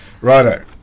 Righto